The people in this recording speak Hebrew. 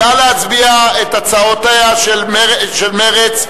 נא להצביע על ההסתייגויות של מרצ.